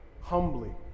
humbly